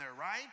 right